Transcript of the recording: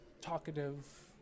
talkative